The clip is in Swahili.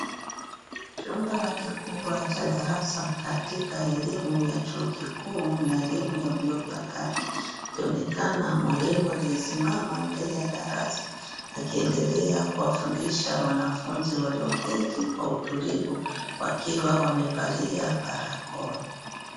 Chumba kikubwa cha darasa katika elimu ya chuo kikuu na elimu ya vyuo vya kati, akionekana mwalimu aliyesimama mbele ya darasa akiendelea kuwafundisha wanafunzi walioketi kwa utulivu wakiwa wamevalia barakoa.